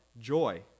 joy